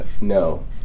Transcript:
no